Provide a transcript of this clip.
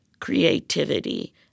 creativity